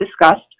discussed